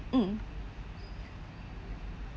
mm